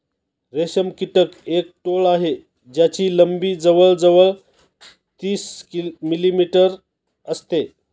रेशम कीटक एक टोळ आहे ज्याची लंबी जवळ जवळ तीस मिलीमीटर असते